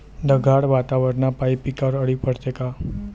ढगाळ वातावरनापाई पिकावर अळी पडते का?